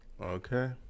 Okay